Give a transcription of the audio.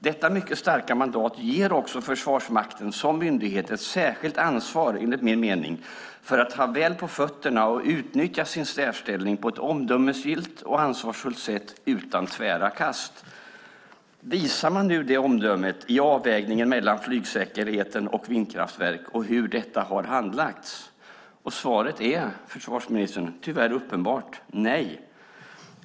Detta mycket starka mandat ger, enligt min mening, Försvarsmakten som myndighet ett särskilt ansvar att ha väl på fötterna och utnyttja sin särställning på ett omdömesgillt och ansvarsfullt sätt utan tvära kast. Visar man nu det omdömet i avvägningen mellan flygsäkerhet och vindkraftverk och hur det har handlagts? Svaret är tyvärr uppenbart: Nej.